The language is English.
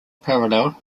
parallel